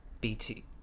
BT